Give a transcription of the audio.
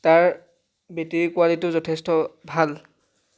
তাৰ বেটেৰি কোৱালিটিও যথেষ্ট ভাল